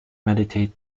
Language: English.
mediate